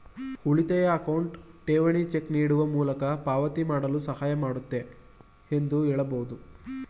ಉಳಿತಾಯ ಅಕೌಂಟ್ ಠೇವಣಿ ಚೆಕ್ ನೀಡುವ ಮೂಲಕ ಪಾವತಿ ಮಾಡಲು ಸಹಾಯ ಮಾಡುತ್ತೆ ಎಂದು ಹೇಳಬಹುದು